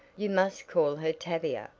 you must call her tavia,